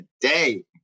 today